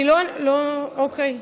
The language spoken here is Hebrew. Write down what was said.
אני לא, אוקיי.